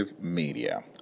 media